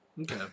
Okay